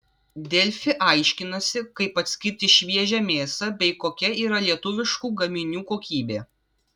delfi aiškinasi kaip atskirti šviežią mėsą bei kokia yra lietuviškų gaminių kokybė